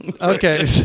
Okay